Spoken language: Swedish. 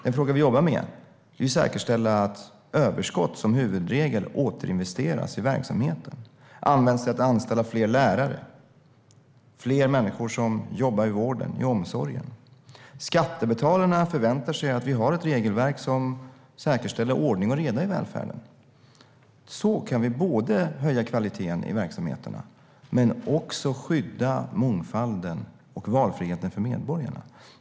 Den fråga vi jobbar med är att säkerställa att överskott som huvudregel återinvesteras i verksamheten, används till att anställa fler lärare och för att få fler människor att jobba i vården och omsorgen. Skattebetalarna förväntar sig ett regelverk som säkerställer ordning och reda i välfärden. Så kan vi både höja kvaliteten i verksamheterna och skydda mångfalden och valfriheten för medborgarna.